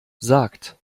sagt